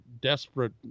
desperate